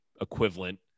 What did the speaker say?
equivalent